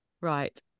right